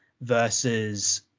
versus